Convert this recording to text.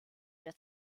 der